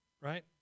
right